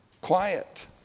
quiet